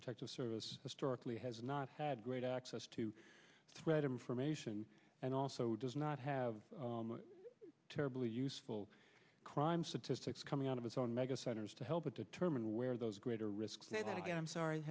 protective service historically has not had great access to threat information and also does not have terribly useful crime statistics coming out of its own mega centers to help determine where those greater risks need to get i'm sorry